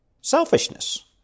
Selfishness